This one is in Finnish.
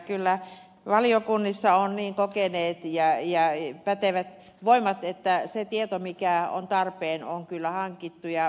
kyllä valiokunnissa on niin kokeneet ja pätevät voimat että se tieto mikä on tarpeen on hankittu